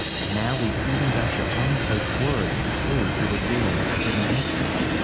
and now we've even got your own taped words to prove you were doing forbidden research.